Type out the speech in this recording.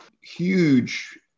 huge